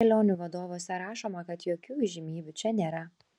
kelionių vadovuose rašoma kad jokių įžymybių čia nėra